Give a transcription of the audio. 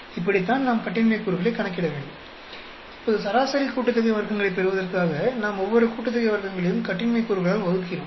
இப்படித்தான் நாம் கட்டின்மை கூறுகளைக் கணக்கிடவேண்டும் இப்போது சராசரி கூட்டுத்தொகை வர்க்கங்களைப் பெறுவதற்காக நாம் ஒவ்வொரு கூட்டுத்தொகை வர்க்கங்களையும் கட்டின்மை கூறுகளால் வகுக்கிறோம்